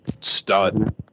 Stud